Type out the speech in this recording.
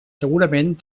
segurament